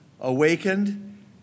awakened